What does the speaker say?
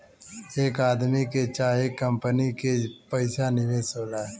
एक आदमी के चाहे कंपनी के पइसा निवेश होला